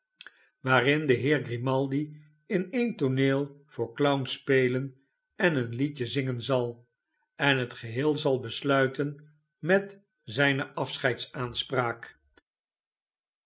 waarin de heer grimaldi in n tooneel voor clown spelen en een liedje zingen zal en het geheel zal besluiten met zijne